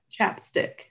chapstick